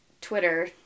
Twitter